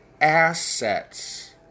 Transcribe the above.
assets